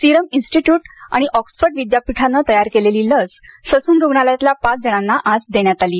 serum institute आणि Oxford विद्यापीठानं तयार केलेली लस ससून रुग्णालयातल्या पाच जणांना आज देण्यात आली आहे